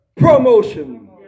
promotion